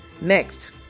Next